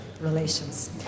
relations